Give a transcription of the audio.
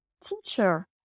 teacher